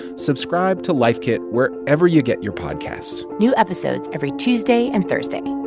subscribe to life kit wherever you get your podcasts new episodes every tuesday and thursday